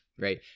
right